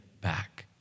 back